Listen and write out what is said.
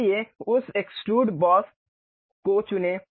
इसलिए उस extrude boss को चुनें